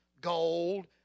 gold